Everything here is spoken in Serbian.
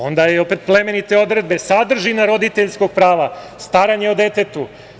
Onda, opet plemenite odredbe – sadržina roditeljskog prava: staranje o detetu.